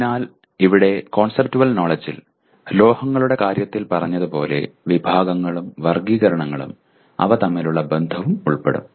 അതിനാൽ ഇവിടെ കോൺസെപ്റ്റുവൽ നോലെഡ്ജ്ജിൽ ലോഹങ്ങളുടെ കാര്യത്തിൽ പറഞ്ഞതുപോലെ വിഭാഗങ്ങളും വർഗ്ഗീകരണങ്ങളും അവ തമ്മിലുള്ള ബന്ധവും ഉൾപ്പെടും